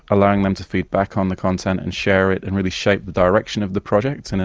allowing them to feedback on the content and share it and really shape the direction of the project, and